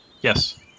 Yes